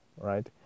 right